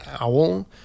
owl